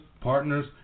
partners